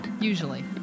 Usually